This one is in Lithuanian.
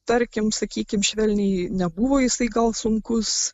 tarkim sakykim švelniai nebuvo jisai gal sunkus